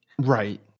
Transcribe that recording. Right